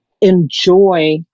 enjoy